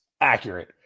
Accurate